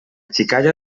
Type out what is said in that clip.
xicalla